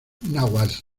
náhuatl